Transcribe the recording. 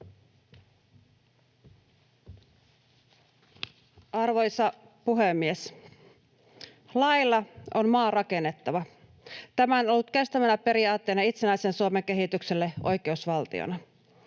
Arvoisa puhemies! Laeilla on maa rakennettava. Tämä on ollut kestävänä periaatteena itsenäisen Suomen kehitykselle oikeusvaltiona.